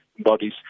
bodies